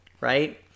Right